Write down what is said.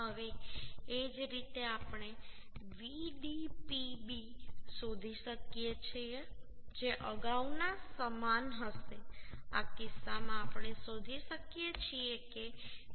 હવે એ જ રીતે આપણે Vdpb શોધી શકીએ છીએ જે અગાઉના સમાન હશે આ કિસ્સામાં આપણે શોધી શકીએ છીએ કે 2